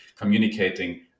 communicating